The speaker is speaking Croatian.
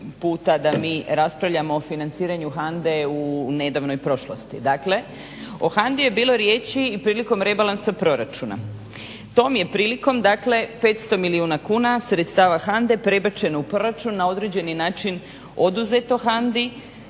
puta da mi raspravljamo o financiranju HANDE u nedavnoj prošlosti. Dakle o HANDI je bilo riječi i prilikom rebalansa proračuna. Tom je prilikom dakle 500 milijuna kuna sredstava HANDE prebačeno u proračun na određeni način oduzeto HANDI